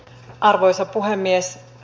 arvoisa puhemies